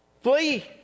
Flee